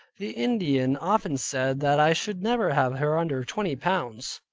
the indians often said that i should never have her under twenty pounds.